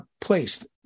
placed